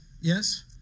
Yes